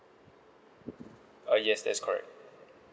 uh yes that's correct